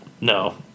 no